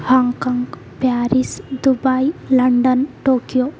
Hong Kong Paris Dubai London Tokyo